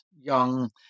young